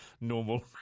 normal